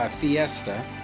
Fiesta